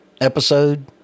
episode